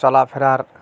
চলাফেরার